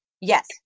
Yes